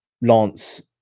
lance